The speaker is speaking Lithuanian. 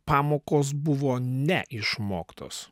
pamokos buvo ne išmoktos